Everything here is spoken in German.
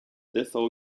dessau